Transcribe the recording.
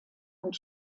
und